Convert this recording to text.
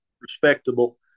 respectable